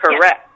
Correct